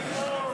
אנחנו חוסכים לו.